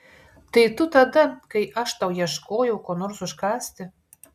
tai tu tada kai aš tau ieškojau ko nors užkąsti